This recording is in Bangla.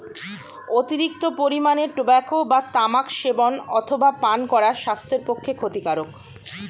অতিরিক্ত পরিমাণে টোবাকো বা তামাক সেবন অথবা পান করা স্বাস্থ্যের পক্ষে ক্ষতিকারক